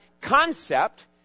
concept